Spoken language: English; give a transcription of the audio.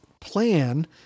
plan